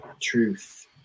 truth